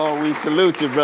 ah we salute you brother.